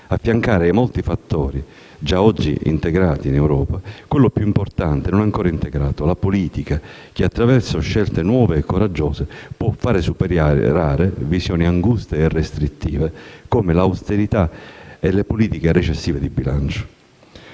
affiancare ai molti fattori, già oggi integrati in Europa, quello più importante e non ancora integrato, la politica, che, attraverso scelte nuove e coraggiose, può far superare visioni anguste e restrittive, come l'austerità e le politiche recessive di bilancio.